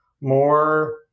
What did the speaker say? more